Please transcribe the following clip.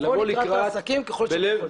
לבוא לקראת העסקים ככל שאפשר.